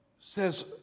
says